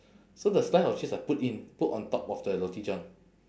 so the slice of cheese I put in put on top of the roti john